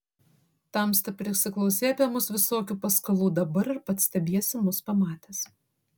tamsta prisiklausei apie mus visokių paskalų dabar ir pats stebiesi mus pamatęs